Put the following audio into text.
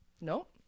Nope